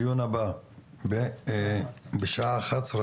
הדיון הבא הוא בשעה 11:00,